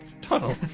tunnel